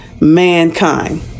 mankind